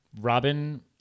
Robin